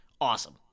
awesome